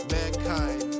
mankind